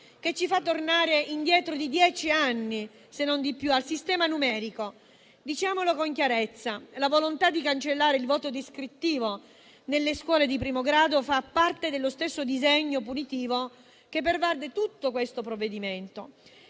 che ci fa tornare indietro di dieci anni, se non di più, al sistema numerico. Diciamolo con chiarezza: la volontà di cancellare il voto descrittivo nelle scuole di primo grado fa parte dello stesso disegno punitivo che pervade tutto questo provvedimento;